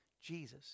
Jesus